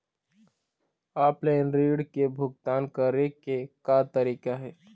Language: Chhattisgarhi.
ऑफलाइन ऋण के भुगतान करे के का तरीका हे?